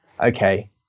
okay